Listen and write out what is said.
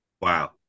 Wow